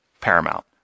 paramount